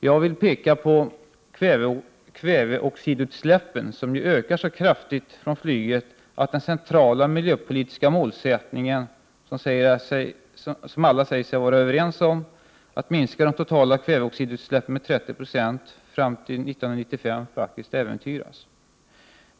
Jag vill peka på kväveoxidutsläppen, som ju ökar så kraftigt från flyget att den centrala miljöpolitiska målsättningen, att minska de totala kväveoxidutsläppen med 30 96 fram till 1995, som alla säger sig vara överens om faktiskt äventyras.